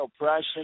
oppression